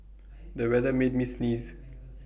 the weather made me sneeze